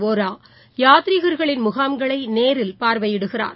வோரா யாதீரீகர்களின் முகாம்களைநேரில் பார்வையிடுகிறார்